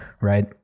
right